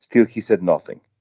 still he said nothing.